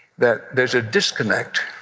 that there's a disconnect